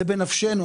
זה בנפשנו,